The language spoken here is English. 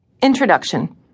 Introduction